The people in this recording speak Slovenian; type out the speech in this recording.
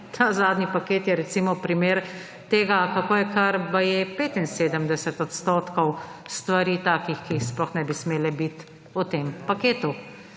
Ta zadnji paket je recimo primer tega, kako je baje kar 75 % stvari takih, ki sploh ne bi smele biti v tem paketu.